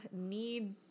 need